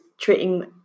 treating